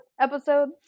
episode